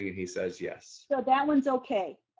he says yes. so that one's okay,